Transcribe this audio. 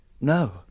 no